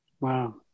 Wow